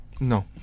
No